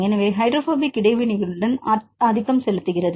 எனவே ஹைட்ரோபோபிக் இடைவினைகளுடன் ஆதிக்கம் செலுத்துகிறது